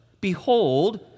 Behold